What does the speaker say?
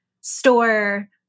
store